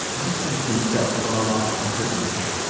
distance himself from a life of privilege.